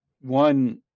one